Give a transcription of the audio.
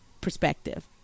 perspective